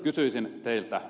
kysyisin teiltä